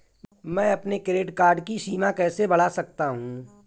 मैं अपने credit card की सीमा कैसे बढ़ा सकता हूँ?